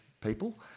people